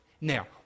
Now